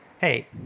Hey